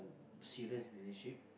serious relationship